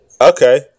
Okay